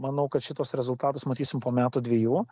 manau kad šitus rezultatus matysim po metų dviejų